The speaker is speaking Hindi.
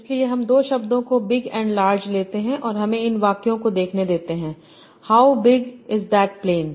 इसलिए हम दो शब्दों को बिग एंड लार्जलेते हैं और हमें इन वाक्यों को देखनेदेते हैं how big is that plane